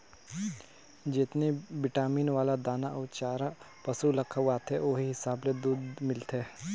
जेतनी बिटामिन वाला दाना अउ चारा पसु ल खवाथे ओहि हिसाब ले दूद मिलथे